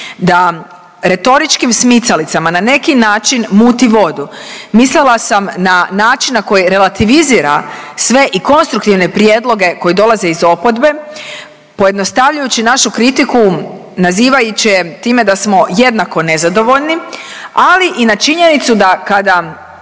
da retoričkim smicalicama na neki način muti vodu mislila sam na način na koji relativizira sve i konstruktivne prijedloge koji dolaze iz oporbe pojednostavljujući našu kritiku nazivajući je time da smo jednako nezadovoljni, ali i na činjenicu da kada